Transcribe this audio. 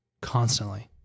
constantly